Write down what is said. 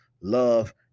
love